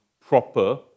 proper